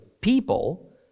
people